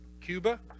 Cuba